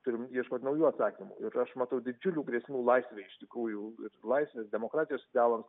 turim ieškot naujų atsakymų ir aš matau didžiulių grėsmių laisvei iš tikrųjų ir laisvės demokratijos idealams